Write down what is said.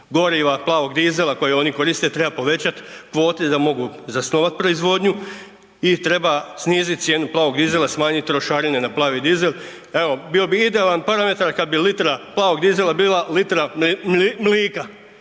goriva plavog dizela kojeg oni koriste treba povećati kvote i da mogu zasnovat proizvodnju i treba snizit cijenu plavog dizela, smanjit trošarine na plavi dizel, evo bi idealan parametar kad bi litra plavog dizela bila litra mlika,